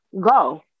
go